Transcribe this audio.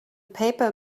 paper